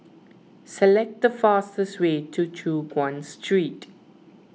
select the fastest way to Choon Guan Street